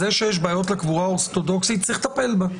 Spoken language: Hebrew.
יש בעיות לקבורה האורתודוקסית וצריך לטפל בה.